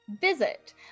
visit